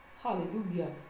Hallelujah